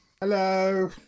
Hello